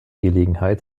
gelegenheit